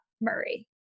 Murray